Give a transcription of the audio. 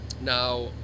Now